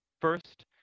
First